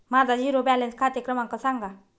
माझा zero balance खाते क्रमांक सांगा